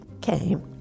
came